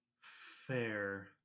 fair